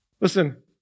Listen